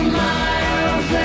miles